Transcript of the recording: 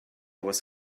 was